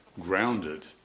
grounded